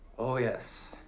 oh yes.